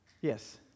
Yes